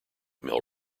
mill